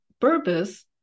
purpose